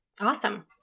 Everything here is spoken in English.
Awesome